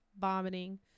vomiting